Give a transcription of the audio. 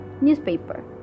Newspaper